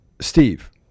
Steve